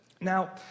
Now